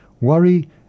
worry